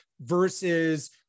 versus